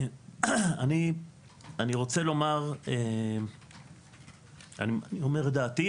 אני אומר את דעתי,